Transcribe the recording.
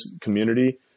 community